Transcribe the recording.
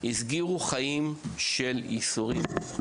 הסגירו חיים של ייסורים.